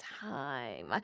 time